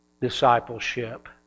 discipleship